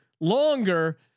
longer